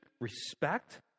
respect